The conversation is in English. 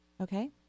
Okay